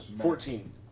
Fourteen